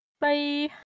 bye